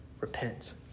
repent